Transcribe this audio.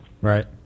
right